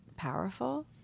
powerful